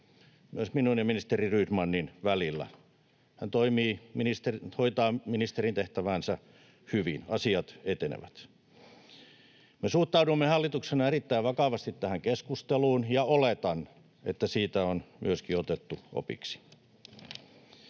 myös minun ja ministeri Rydmanin välillä. Hän hoitaa ministerin tehtäväänsä hyvin, asiat etenevät. Me suhtaudumme hallituksena erittäin vakavasti tähän keskusteluun, ja oletan, että siitä on myöskin otettu opiksi.